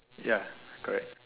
ya correct